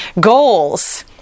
goals